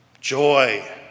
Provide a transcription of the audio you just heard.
Joy